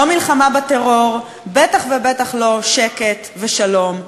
לא מלחמה בטרור, בטח ובטח לא שקט ושלום.